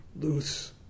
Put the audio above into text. loose